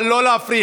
אבל לא להפריע.